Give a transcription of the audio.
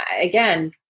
again